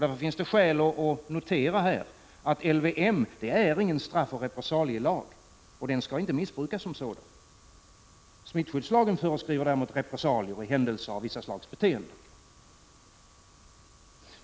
Därför finns det skäl att notera att LVM inte är någon straffoch repressalielag och inte skall missbrukas som sådan. Smittskyddslagen föreskriver däremot repressalier i händelse av vissa slags beteenden.